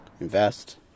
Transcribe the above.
invest